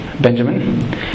Benjamin